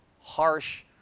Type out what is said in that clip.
harsh